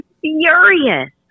furious